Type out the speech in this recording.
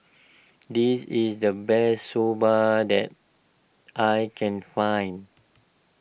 this is the best Soba that I can find